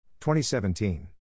2017